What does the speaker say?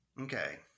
Okay